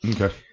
Okay